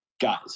guys